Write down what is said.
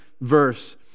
verse